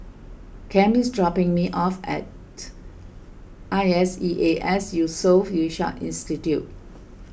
Cam is dropping me off at I S E A S Yusof Ishak Institute